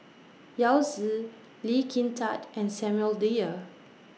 Yao Zi Lee Kin Tat and Samuel Dyer